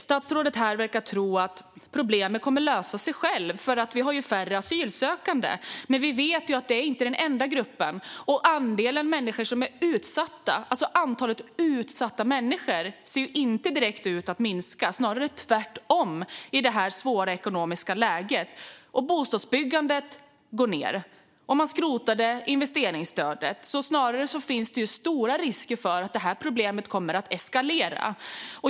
Statsrådet verkar tro att problemen kommer att lösa sig själva därför att vi har färre asylsökande, men vi vet ju att det inte är den enda gruppen. Antalet utsatta människor ser inte direkt ut att minska, snarare tvärtom i detta svåra ekonomiska läge. Bostadsbyggandet går ned, och investeringsstödet har skrotats. Det finns alltså snarare stora risker för att problemet kommer att eskalera.